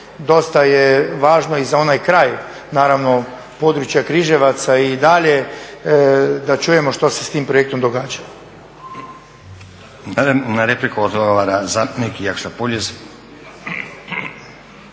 dosta je važno i za onaj kraj naravno područja Križevaca i dalje da čujemo što se s tim projektom događa.